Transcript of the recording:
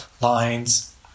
lines